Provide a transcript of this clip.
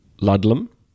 Ludlam